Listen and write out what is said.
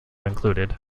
included